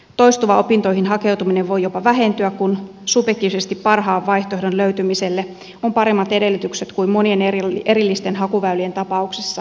toistuva opintoihin hakeutuminen voi jopa vähentyä kun subjektiivisesti parhaan vaihtoehdon löytymiselle on paremmat edellytykset kuin monien erillisten hakuväylien tapauksessa